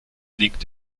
liegt